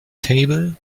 table